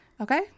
Okay